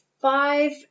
five